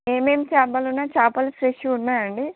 ఏమి ఏమి చేపలున్నాయి చేపలు ఫ్రెష్గా ఉన్నాయా అండి